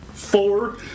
Four